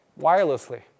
wirelessly